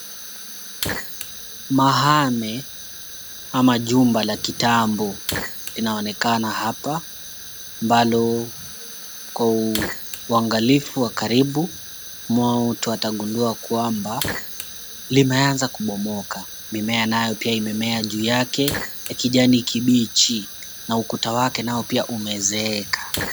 Mahame ama jumba la kitambo inaonekana hapa ambalo kwa uangalifu wa karibu mtu atagundua kwamba limeanza kubomoka, mimea nayo pia imemea juu yake ya kijani kibichi na ukuta wake nayo pia umezeeka.